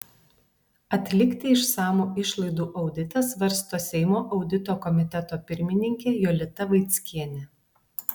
atlikti išsamų išlaidų auditą svarsto seimo audito komiteto pirmininkė jolita vaickienė